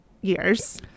years